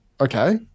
okay